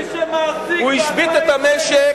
מי שמעסיק ב-2,000 שקל,